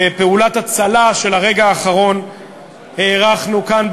בפעולת הצלה של הרגע האחרון הארכנו כאן,